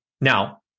Now